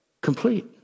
complete